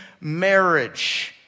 marriage